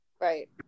Right